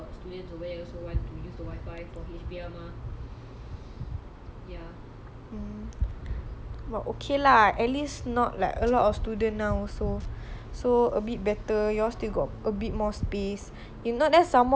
hmm but okay lah at least not like a lot of student now so so a bit better you all still got a bit more space then some more ah COVID now also you all kena separated must sit far far apart right